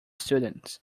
students